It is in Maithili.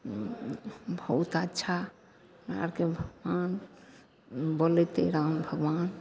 बहुत अच्छा आके भगवान बोलेतै राम भगवान